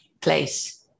place